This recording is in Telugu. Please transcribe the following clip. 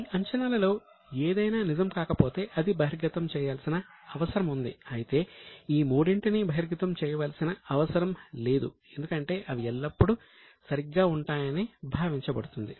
ఈ అంచనాలలో ఏదైనా నిజం కాకపోతే అది బహిర్గతం చేయాల్సిన అవసరం ఉంది అయితే ఈ మూడింటిని బహిర్గతం చేయవలసిన అవసరం లేదు ఎందుకంటే అవి ఎల్లప్పుడూ సరిగ్గా ఉంటాయని భావించబడుతుంది